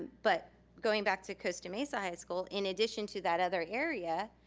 but going back to costa mesa high school, in addition to that other area,